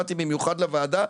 באתי במיוחד לוועדה,